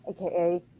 aka